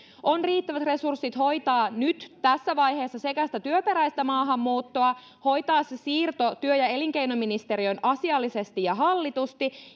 on riittävät resurssit hoitaa nyt tässä vaiheessa sekä sitä työperäistä maahanmuuttoa hoitaa se siirto työ ja elinkeinoministeriöön asiallisesti ja hallitusti